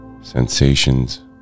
sensations